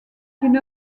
d’une